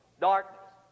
darkness